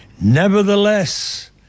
Nevertheless